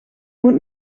moet